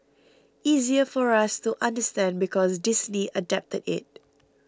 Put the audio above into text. easier for us to understand because Disney adapted it